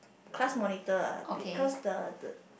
class monitor ah because the the